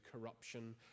corruption